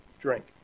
drink